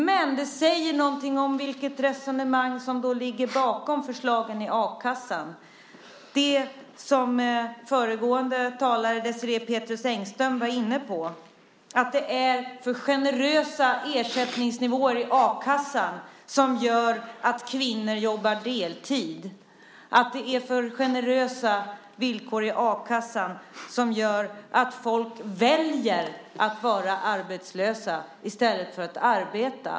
Men det säger något om det resonemang som ligger bakom förslagen i a-kassan, det som föregående talare, Désirée Pethrus Engström, var inne på, att det är för generösa ersättningsnivåer i a-kassan som gör att kvinnor jobbar deltid och att folk väljer att vara arbetslösa i stället för att arbeta.